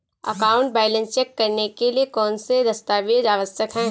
Account balance check करने के लिए कौनसे दस्तावेज़ आवश्यक हैं?